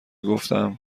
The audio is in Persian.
گفتم